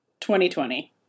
2020